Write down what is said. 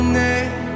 name